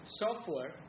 software